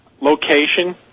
location